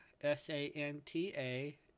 S-A-N-T-A